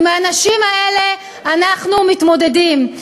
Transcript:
עם האנשים האלה אנחנו מתמודדים.